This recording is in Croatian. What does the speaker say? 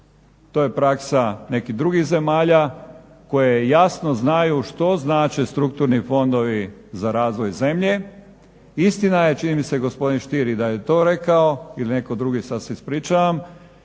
to je praksa nekih drugih zemalja koje jasno znaju što znače strukturni fondovi za razvoj zemlje. Istina je čini mi se da je gospodin Stier i da je to rekao ili netko drugi sada se ispričavam,